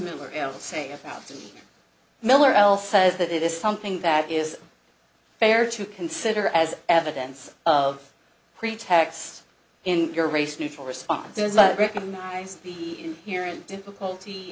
cindy miller l says that it is something that is fair to consider as evidence of pretexts in your race neutral response recognize the inherent difficulty